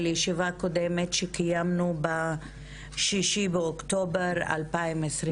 ישיבה קודמת שקיימנו ב-6 באוקטובר 2021,